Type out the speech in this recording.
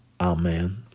Amen